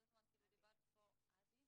זה אנטי תזה מוחלטת למה שאני כל הזמן אומרת.